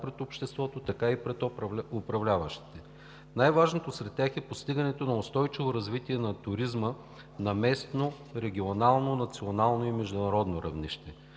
пред обществото, така и пред управляващите. Най-важното сред тях е постигането на устойчиво развитие на туризма на местно, регионално, национално и международно равнище.